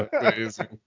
Amazing